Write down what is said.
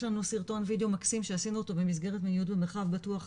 יש לנו סרטון וידאו מקסים שעשינו אותו במסגרת למיניות במרחב בטוח